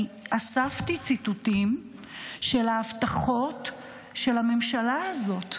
אני אספתי ציטוטים של ההבטחות של הממשלה הזאת,